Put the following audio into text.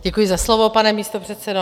Děkuji za slovo, pane místopředsedo.